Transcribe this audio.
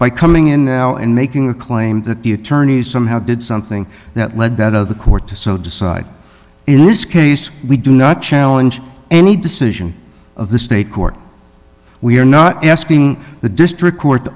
by coming in now and making a claim that the attorneys somehow did something that led out of the court to so decide in this case we do not challenge any decision of the state court we are not asking the district court